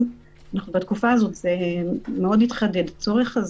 בתקופה הזאת מאוד התחדד הצורך הזה,